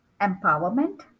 empowerment